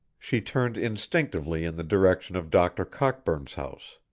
she turned instinctively in the direction of doctor cockburn's house.